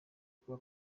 kuba